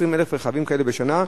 20,000 רכבים כאלה בשנה,